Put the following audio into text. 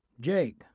Jake